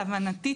להבנתי,